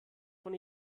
von